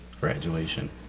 Graduation